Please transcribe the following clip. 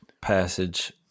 passage